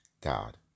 God